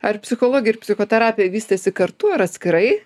ar psichologė ir psichoterapija vystėsi kartu ar atskirai